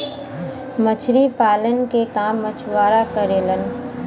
मछरी पालन के काम मछुआरा करेलन